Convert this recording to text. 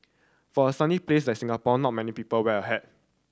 for a sunny place a Singapore not many people wear hat